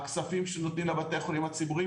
הכספים שנותנים לבתי החולים הציבוריים,